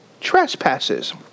trespasses